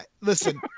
listen